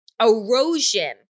erosion